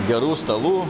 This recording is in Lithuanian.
gerų stalų